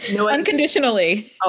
unconditionally